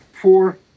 four